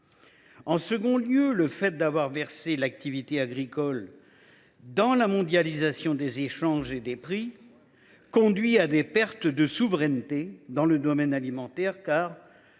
En second lieu, le fait d’avoir versé l’activité agricole dans la mondialisation des échanges et des prix conduit à des pertes de souveraineté dans le domaine alimentaire, car,